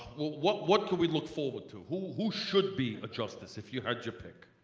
what what could we look forward to? who who should be a justice if you had your pick?